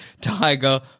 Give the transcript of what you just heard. tiger